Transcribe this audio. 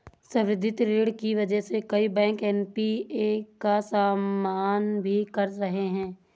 संवर्धित ऋण की वजह से कई बैंक एन.पी.ए का सामना भी कर रहे हैं